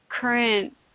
current